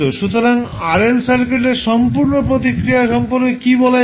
সুতরাং RL সার্কিটের সম্পূর্ণ প্রতিক্রিয়া সম্পর্কে কি বলা যাবে